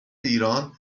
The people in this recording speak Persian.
ایران